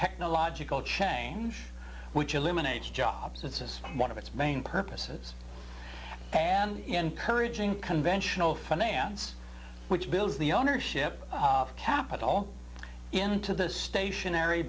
technological change which eliminates jobs it says one of its main purposes and encouraging conventional finance which builds the ownership of capital into the stationary